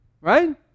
Right